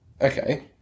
Okay